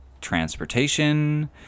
transportation